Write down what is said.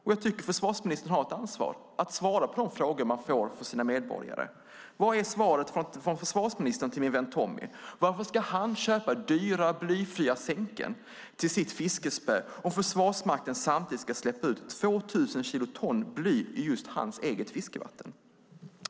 Jag tycker att försvarsministern har ett ansvar att svara på de frågor han får från medborgarna. Vad är svaret från försvarsministern till min vän Tommy? Varför ska han köpa dyra blyfria sänken till sitt fiskespö om Försvarsmakten samtidigt ska släppa ut 2 000 kilo bly i just hans eget fiskevatten?